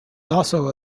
also